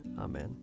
Amen